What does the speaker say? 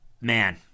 Man